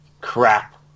crap